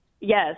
Yes